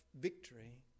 victory